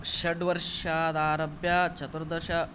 षड् वर्षादारभ्य चतुर्दश